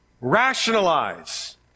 rationalize